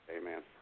Amen